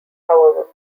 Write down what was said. however